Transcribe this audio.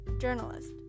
journalist